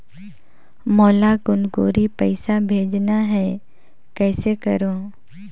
मोला कुनकुरी पइसा भेजना हैं, कइसे करो?